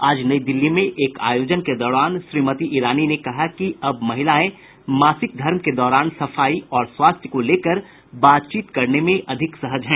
आज नई दिल्ली में एक आयोजन के दौरान श्रीमती ईरानी ने कहा कि अब महिलाएं मासिक धर्म के दौरान सफाई और स्वास्थ्य को लेकर बातचीत करने में अधिक सहज हैं